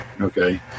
okay